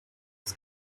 das